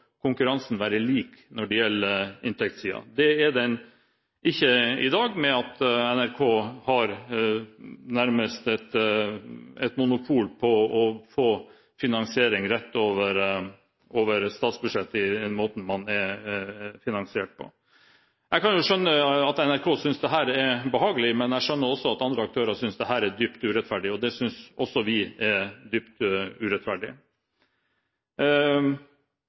konkurransen være lik når det gjelder inntektssiden. Det er den ikke i dag, ved at NRK nærmest har monopol på å få finansiering rett over statsbudsjettet på grunn av måten man er finansiert på. Jeg kan skjønne at NRK synes dette er behagelig, men jeg skjønner også at andre aktører synes dette er dypt urettferdig, og det synes også vi er dypt urettferdig.